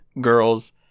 girls